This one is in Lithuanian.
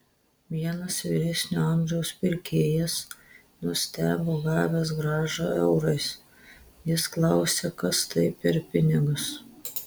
vienas vyresnio amžiaus pirkėjas nustebo gavęs grąžą eurais jis klausė kas tai per pinigas